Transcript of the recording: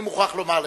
אני מוכרח לומר לך,